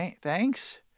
thanks